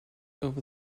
over